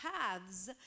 paths